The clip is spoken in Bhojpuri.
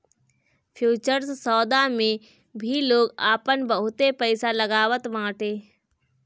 फ्यूचर्स सौदा मे भी लोग आपन बहुते पईसा लगावत बाटे